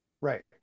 Right